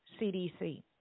CDC